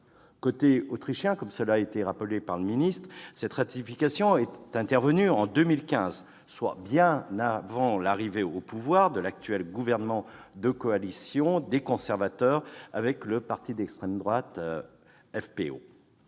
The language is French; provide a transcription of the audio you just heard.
Côté autrichien, comme cela a été rappelé par M. le secrétaire d'État, cette approbation est intervenue en 2015, soit bien avant l'arrivée au pouvoir de l'actuel gouvernement de coalition formé par les conservateurs avec le parti d'extrême droite FPÖ,